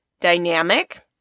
dynamic